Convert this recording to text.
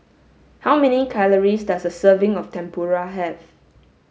how many calories does a serving of Tempura have